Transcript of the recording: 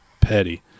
petty